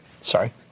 Sorry